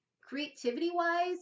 creativity-wise